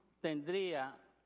tendría